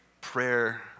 prayer